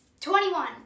Twenty-one